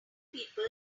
people